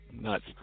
Nuts